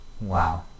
Wow